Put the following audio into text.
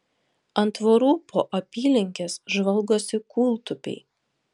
ant tvorų po apylinkes žvalgosi kūltupiai